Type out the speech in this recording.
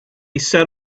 set